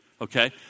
okay